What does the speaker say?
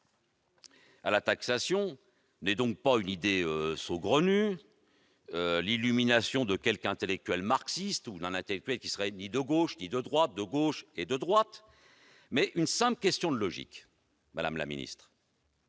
à taxation est donc non pas une idée saugrenue ou une illumination de quelque intellectuel marxiste ou d'un intellectuel qui serait ni de gauche ni de droite, ou de gauche et de droite, mais une simple question de logique : que l'argent